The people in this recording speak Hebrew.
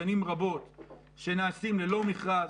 יש להניח ממייקרוסופט בעלות של מיליוני שקלים ללא מכרז.